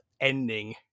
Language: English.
ending